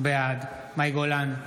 בעד מאי גולן,